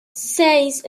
seis